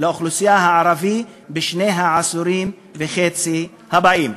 לאוכלוסייה הערבית בשני העשורים וחצי הבאים.